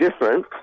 different